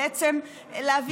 בעצם להביא חוק כזה,